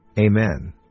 Amen